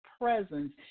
presence